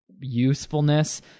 usefulness